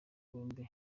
bombi